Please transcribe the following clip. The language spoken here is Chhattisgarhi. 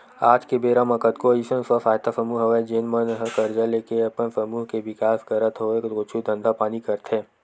आज के बेरा म कतको अइसन स्व सहायता समूह हवय जेन मन ह करजा लेके अपन समूह के बिकास करत होय कुछु धंधा पानी करथे